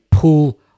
pull